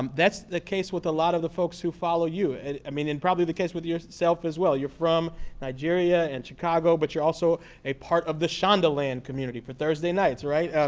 um that's the case with a lot of the folks who follow you, and i mean, and probably the case with yourself as well. you're from nigeria and chicago, but you're also a part of the shonda land community, for thursday nights, right?